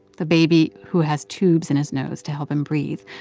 the baby who has tubes in his nose to help him breathe,